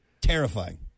Terrifying